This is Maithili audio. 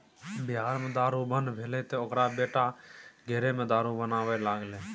बिहार मे दारू बन्न भेलै तँ ओकर बेटा घरेमे दारू बनाबै लागलै